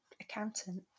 accountant